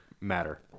matter